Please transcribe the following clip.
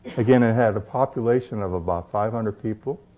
again, it had a population of about five hundred people.